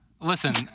Listen